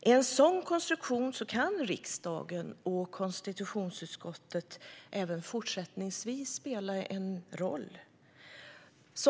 Med en sådan konstruktion kan riksdagen och konstitutionsutskottet även fortsättningsvis spela en roll.